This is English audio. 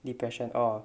depression oh